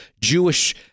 Jewish